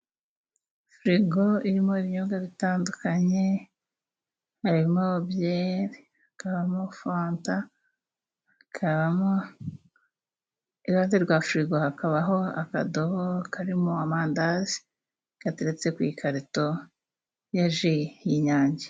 Firigo irimo ibinyobwa bitandukanye harimo: byeri, hakabamo fanta hakabamo iruhanderwafurigo hakabaho akadobo karimo ,amandazi gateretse kwi karito ya ji y'inyange.